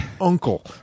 Uncle